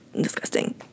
Disgusting